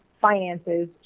finances